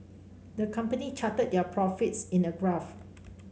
the company charted their profits in a graph